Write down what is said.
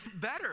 better